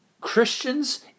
Christians